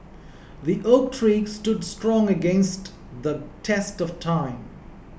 the oak tree stood strong against the test of time